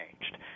changed